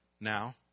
now